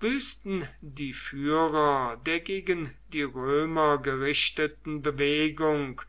büßten die führer der gegen die römer gerichteten bewegung